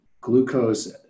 glucose